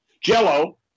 Jello